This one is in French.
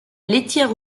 laitière